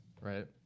right